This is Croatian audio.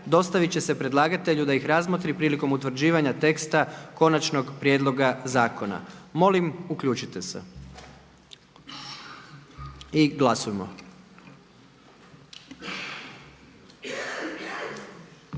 dostavit će se predlagatelju da ih razmotri prilikom utvrđivanja teksta konačnog prijedloga zakona. Molim uključite se glasujmo.